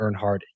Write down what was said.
Earnhardt